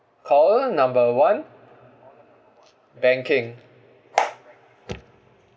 call number one banking